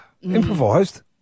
Improvised